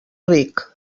ric